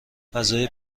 فضای